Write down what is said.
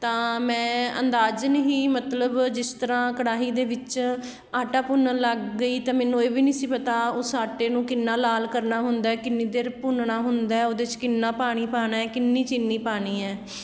ਤਾਂ ਮੈਂ ਅੰਦਾਜ਼ਨ ਹੀ ਮਤਲਬ ਜਿਸ ਤਰ੍ਹਾਂ ਕੜਾਹੀ ਦੇ ਵਿੱਚ ਆਟਾ ਭੁੰਨਣ ਲੱਗ ਗਈ ਅਤੇ ਮੈਨੂੰ ਇਹ ਵੀ ਨਹੀਂ ਸੀ ਪਤਾ ਉਸ ਆਟੇ ਨੂੰ ਕਿੰਨਾ ਲਾਲ ਕਰਨਾ ਹੁੰਦਾ ਕਿੰਨੀ ਦੇਰ ਭੁੰਨਣਾ ਹੁੰਦਾ ਉਹਦੇ 'ਚ ਕਿੰਨਾ ਪਾਣੀ ਪਾਉਣਾ ਕਿੰਨੀ ਚੀਨੀ ਪਾਉਣੀ ਹੈ